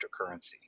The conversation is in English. cryptocurrency